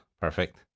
Perfect